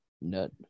Nut